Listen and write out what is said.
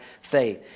faith